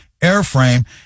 airframe